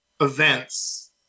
events